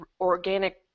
organic